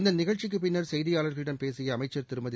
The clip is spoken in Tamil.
இந்த நிகழ்ச்சிக்கு பின்னர் செய்தியாளர்களிடம் பேசிய அமைச்சர் திருமதி